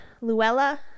Luella